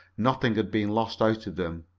nothing had been lost out of them,